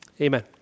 Amen